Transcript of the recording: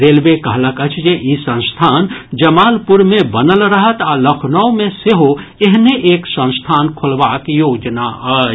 railway कहलक अछि जे ई संस्थान जमालपुर मे बनल रहत आ लखनऊ मे सेहो एहने एक संस्थान खोलबाक योजना अछि